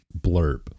blurb